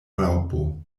raŭpo